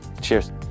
Cheers